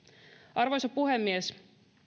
arvoisa puhemies